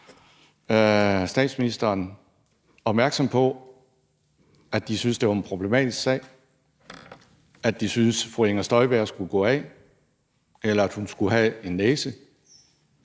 statsministeren opmærksom på, at de syntes, det var en problematisk sag, at de syntes, fru Inger Støjberg skulle gå af, eller at hun skulle have en næse?